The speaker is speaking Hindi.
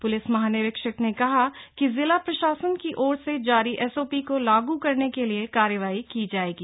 पुलिस महानिरीक्षक ने कहा कि की जिला प्रशासन की ओर से जारी एसओपी को लागू करने के लिए कार्रवाई की जाएगी